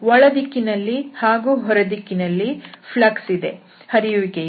ಒಳ ದಿಕ್ಕಿನಲ್ಲಿ ಹಾಗೂ ಹೊರ ದಿಕ್ಕಿನಲ್ಲಿ ಹರಿಯುವಿಕೆ ಇದೆ